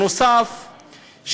נוסף על כך,